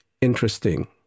interesting